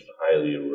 highly